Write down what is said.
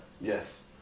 Yes